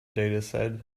dataset